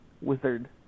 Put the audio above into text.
wizard